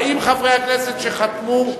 40 חברי הכנסת שחתמו,